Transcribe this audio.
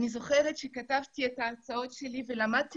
אני זוכרת שכתבתי את ההרצאות שלי ולמדתי